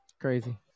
Crazy